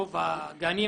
רוב הגנים,